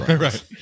Right